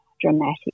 dramatic